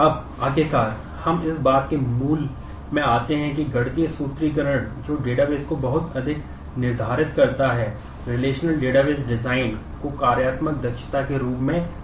अब आखिरकार हम इस बात के मूल में आते हैं कि गणितीय सूत्रीकरण जो डेटाबेस को कार्यात्मक दक्षता के रूप में जाना जाता है